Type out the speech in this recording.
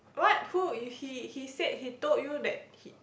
what who he he said he told you that he